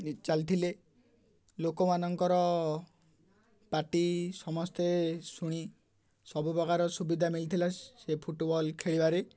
ଚାଲିଥିଲେ ଲୋକମାନଙ୍କର ପାଟି ସମସ୍ତେ ଶୁଣି ସବୁ ପ୍ରକାର ସୁବିଧା ମିିଳିଥିଲା ସେ ଫୁଟବଲ୍ ଖେଳିବାରେ